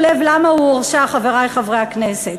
חברי חברי הכנסת,